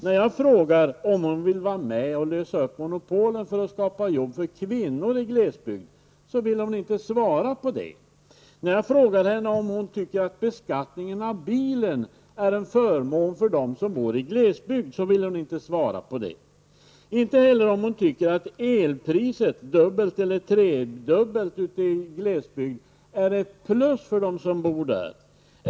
När jag frågar om hon vill vara med och lösa upp monopolen för att skapa arbete åt kvinnor i glesbygd, så vill hon inte svara. När jag frågar henne om hon tycker att beskattning av bilen är en förmån för dem som bor i glesbygd, så vill hon inte svara på det. Hon vill inte heller svara på om hon tycker att elpriset, dubbelt eller tredubbelt ute i glesbygden, är positivt för dem som bor där.